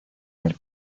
del